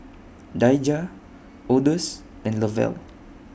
Daijah Odus and Lavelle